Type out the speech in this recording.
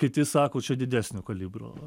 kiti sako čia didesnio kalibro